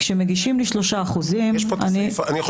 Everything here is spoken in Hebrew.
כשמגישים לי 3% אני --- אני יכול